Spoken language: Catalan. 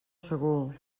segur